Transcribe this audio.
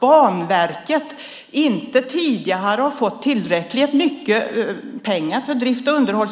Banverket har tidigare inte fått tillräckligt mycket pengar för drift och underhåll.